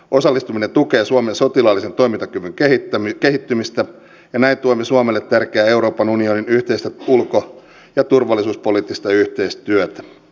osallistuminen tukee suomen sotilaallisen toimintakyvyn kehittymistä ja näin tuemme suomelle tärkeää euroopan unionin yhteistä ulko ja turvallisuuspoliittista yhteistyötä